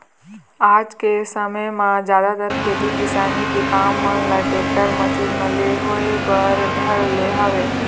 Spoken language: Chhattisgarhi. आज के समे म जादातर खेती किसानी के काम मन ल टेक्टर, मसीन मन ले होय बर धर ले हवय